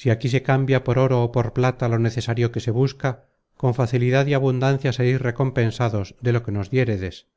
si aquí se cambia por oro ó por plata lo necesario que se busca con facilidad y abundancia seréis recompensados de lo que nos diéredes que